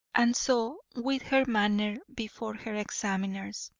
and so with her manner before her examiners.